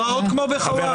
פרעות כמו בחווארה.